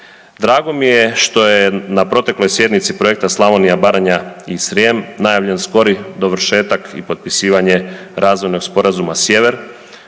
Drago mi je što je na protekloj sjednici projekta Slavonija, Baranja i Srijem najavljen skori dovršetak i potpisivanje razvojnog sporazuma Sjever